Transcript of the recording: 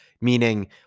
Meaning